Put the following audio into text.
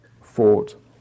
fought